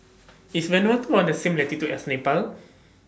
IS Vanuatu on The same latitude as Nepal